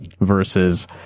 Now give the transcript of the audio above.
versus